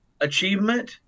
achievement